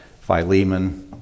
Philemon